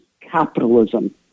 capitalism